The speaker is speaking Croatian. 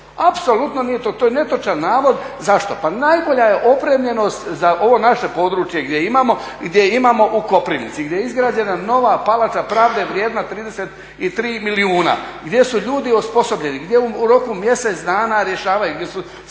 Apsolutno nije točno. To je netočan navod. Zašto? Pa najbolja je opremljenost za ovo naše područje gdje imamo u Koprivnici gdje je izgrađena nova palača pravde vrijedna 33 milijuna, gdje su ljudi osposobljeni, gdje u roku mjesec dana rješavaju, gdje su